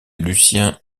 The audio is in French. lucien